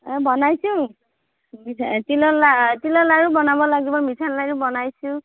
অঁ বনাইছোঁ তিলৰ লা তিলৰ লাড়ু বনাব লাগবো মিঠেৰ লাড়ু বনাইছোঁ